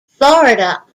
florida